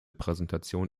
präsentation